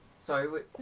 Sorry